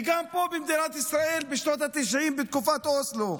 וגם פה, במדינת ישראל בשנות התשעים, בתקופת אוסלו.